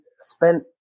spent